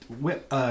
whip